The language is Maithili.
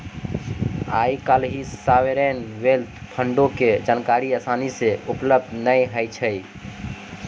आइ काल्हि सावरेन वेल्थ फंडो के जानकारी असानी से उपलब्ध नै होय छै